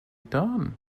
done